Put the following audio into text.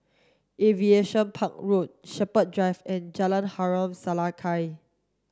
Aviation Park Road Shepherd Drive and Jalan Harom Setangkai